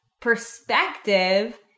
perspective